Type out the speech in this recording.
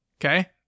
Okay